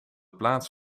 plaats